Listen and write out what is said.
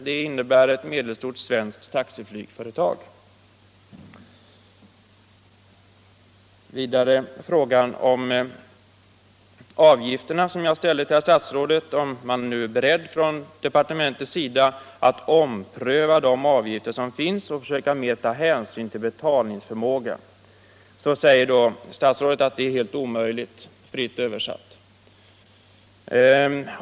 Det innebär ett medelstort svenskt taxiflygföretag. På frågan om avgifterna som jag ställde till herr statsrådet — om man nu från departementets sida är beredd att ompröva de avgifter som finns och försöka ta mer hänsyn till betalningsförmågan — säger statsrådet att det är helt omöjligt, fritt översatt.